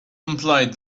employed